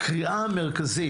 הקריאה המרכזית,